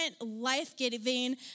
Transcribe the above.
life-giving